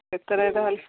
କେତେ ରେଟ୍ ହେଲେ